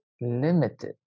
limited